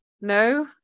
no